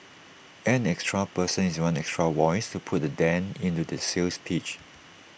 an extra person is one extra voice to put A dent into their sales pitch